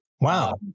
Wow